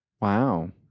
Wow